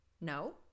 No